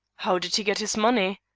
how did he get his money?